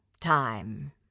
Time